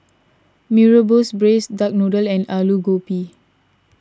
Nee Rebus Braised Duck Noodle and Aloo Gobi